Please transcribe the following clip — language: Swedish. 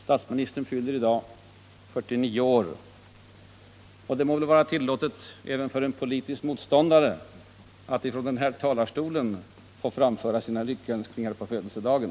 Statsministern fyller i dag 49 år, och det må väl vara tillåtet även för en politisk motståndare att från denna talarstol få framföra sina lyckönskningar på födelsedagen.